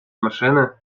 машини